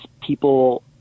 people